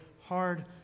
hard